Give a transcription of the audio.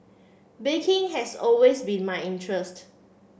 baking has always been my interest